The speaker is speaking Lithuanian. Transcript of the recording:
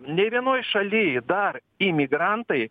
nei vienoj šaly dar imigrantai